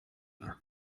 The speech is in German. war